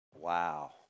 Wow